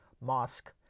mosque